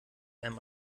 einem